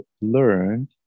learned